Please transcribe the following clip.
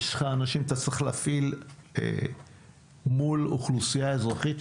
אלא יש אנשים שצריך להפעיל מול אוכלוסייה אזרחית,